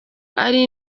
ari